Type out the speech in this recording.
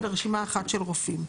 אלא רשימה אחת של רופאים.